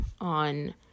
on